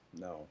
no